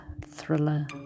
Thriller